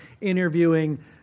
interviewing